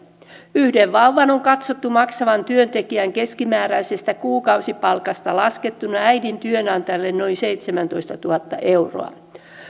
yhden vauvan on katsottu maksavan työntekijän keskimääräisestä kuukausipalkasta laskettuna äidin työnantajalle noin seitsemäntoistatuhatta euroa